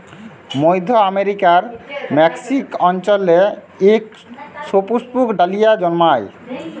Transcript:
মইধ্য আমেরিকার মেক্সিক অল্চলে ইক সুপুস্পক ডালিয়া জল্মায়